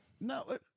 No